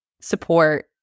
support